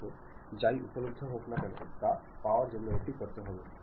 ഒരു സെൻറർ എന്ന നിലയിൽ നിങ്ങൾ ചെയ്യേണ്ടത് യഥാർത്ഥത്തിൽ ആ ആശയം രൂപപ്പെടുത്താൻ ശ്രമിക്കുകയാണ്